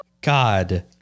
God